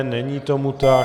Není tomu tak.